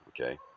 okay